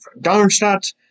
Darmstadt